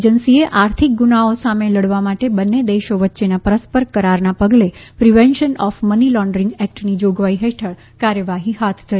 એજન્સીએ આર્થિક ગુનાઓ સામે લડવા માટે બંને દેશો વચ્ચેના પરસ્પર કરારના પગલે પ્રિવેન્શન ઑફ મની લોન્ડરિંગ એક્ટની જોગવાઈ હેઠળ કાર્યવાહી હાથ ધરી છે